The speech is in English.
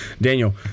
Daniel